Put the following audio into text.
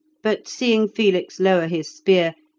but, seeing felix lower his spear,